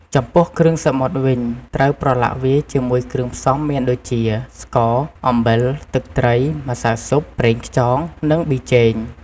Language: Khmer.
ចំពោះគ្រឿងសមុទ្រវិញ ត្រូវប្រឡាក់វាជាមួយគ្រឿងផ្សំមានដូចជា ស្ករ អំបិល ទឹកត្រី ម្សៅស៊ុប ប្រេងខ្យង និងប៊ីចេង ។